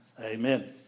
Amen